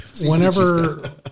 Whenever